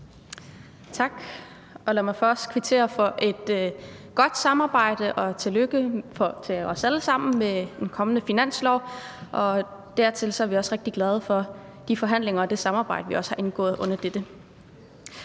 Tak. Lad mig først kvittere for et godt samarbejde og sige tillykke til os alle sammen med den kommende finanslov, og dertil vil jeg sige, at vi også er rigtig glade for de forhandlinger og det samarbejde, vi også har haft derunder.